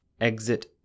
Exit